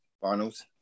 Finals